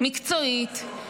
מקצועית,